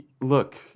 look